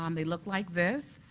um they look like this.